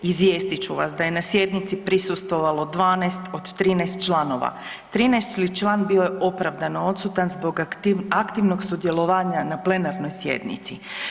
Izvijestit ću vas da je na sjednici prisustvovalo 12 od 13 članova, 13 član bio je opravdano odsutan zbog aktivnog sudjelovanja na plenarnoj sjednici.